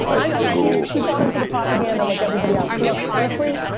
i know, so she bought into the propaganda like everybody else. look honestly,